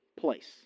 place